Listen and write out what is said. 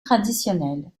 traditionnels